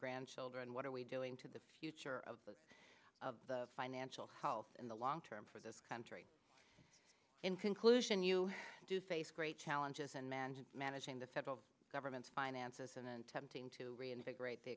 grandchildren what are we doing to the future of the financial health in the long term for this country in conclusion you do face great challenges and manage and managing the federal government's finances and then tempting to reinvigorate the